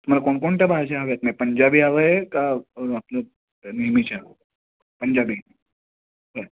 तुम्हाला कोणकोणत्या भाज्या हव्या आहेत मये पंजाबी हवं आहे का आपलं नेहमीच्या पंजाबी बरं